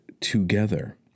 together